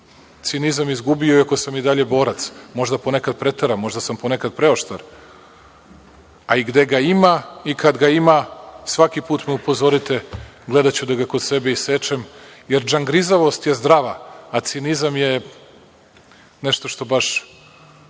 cinizam izgubio, iako sam i dalje borac, možda ponekad preteram, možda sam ponekad preoštar, a i gde ga ima i kad ga ima, svaki put me upozorite, gledaću da ga kod sebe isečem, jer džangrizavost je zdrava, a cinizam je nešto što baš